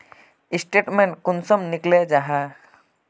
Statement कुंसम निकले जाहा?